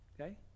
Okay